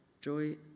Joy